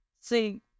see